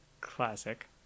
Classic